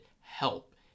help